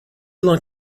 like